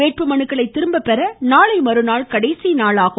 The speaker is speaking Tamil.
வேட்புமனுக்களை திரும்ப பெற நாளை மறுநாள் கடைசிநாளாகும்